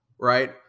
Right